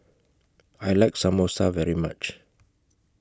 I like Samosa very much